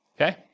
okay